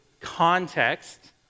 context